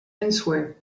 answer